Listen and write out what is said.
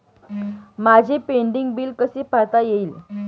माझे pending bill कसे पाहता येईल?